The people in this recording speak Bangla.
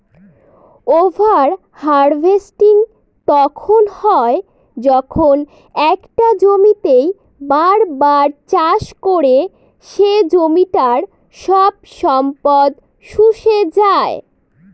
ওভার হার্ভেস্টিং তখন হয় যখন একটা জমিতেই বার বার চাষ করে সে জমিটার সব সম্পদ শুষে যাই